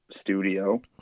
studio